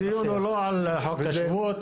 לא, הדיון הוא לא על חוק השבות.